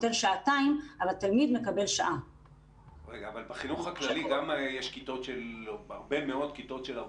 על החינוך החרדי והפיקוח עליו.